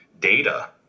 data